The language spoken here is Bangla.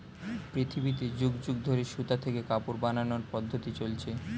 পৃথিবীতে যুগ যুগ ধরে সুতা থেকে কাপড় বানানোর পদ্ধতি চলছে